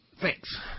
Thanks